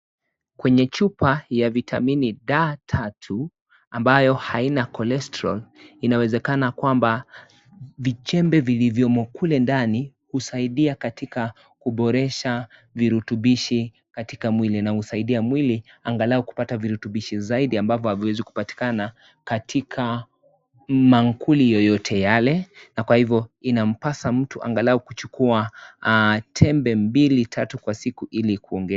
Kwenye chupa ya vitamini D-3, ambayo haina kolestrol, inawezekana kwamba vichembe vilivyomo kule ndani husaidia katika kuboresha virutubishi katika mwili na husaidia mwili angalau kupata virutubishi zaidi ambavo haviwezi kupatikana katika mankuli yoyote yale. Na kwa hivo inampasa mtu angalau kuchukua tembe mbili tatu kwa siku ili kungeza.